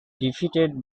defeated